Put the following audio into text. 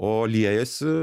o liejasi